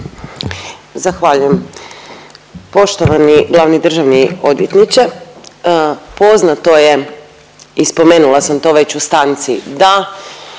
Zahvaljujem. Poštovani glavni državni odvjetniče, poznato je i spomenula sam to već u stanci da